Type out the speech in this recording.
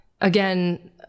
again